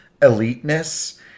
eliteness